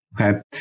Okay